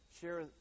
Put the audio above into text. share